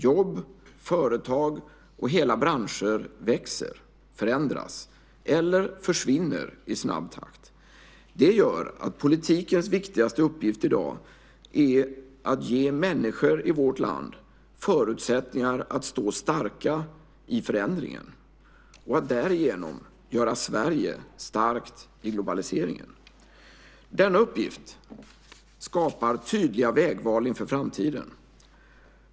Jobb, företag och hela branscher växer, förändras eller försvinner i snabb takt. Det gör att politikens viktigaste uppgift i dag är att ge människor i vårt land förutsättningar att stå starka i förändringen och därigenom göra Sverige starkt i globaliseringen. Denna uppgift skapar tydliga vägval inför framtiden.